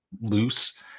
loose